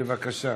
בבקשה.